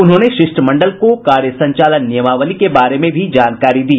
उन्होंने शिष्टमंडल को कार्य संचालन नियमावली के बारे में भी जानकारी दी